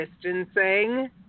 distancing